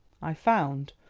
i found,